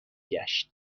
گشت